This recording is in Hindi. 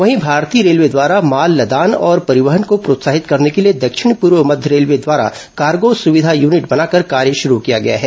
वहीं भारतीय रेलवे द्वारा माल लदान और परिवहन को प्रोत्साहित करने के लिए दक्षिण पूर्व मध्य रेलवे द्वारा कार्गो सुविधा यूनिट बनाकर कार्य शुरू किया गया है